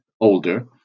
older